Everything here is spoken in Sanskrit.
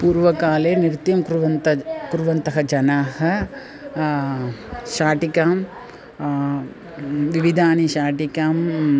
पूर्वकाले नृत्यं कुर्वन्तः कुर्वन्तः जनाः शाटिकां विविधाः शाटिकाः